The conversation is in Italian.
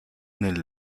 nel